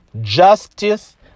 justice